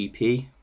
EP